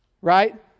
Right